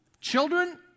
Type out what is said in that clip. Children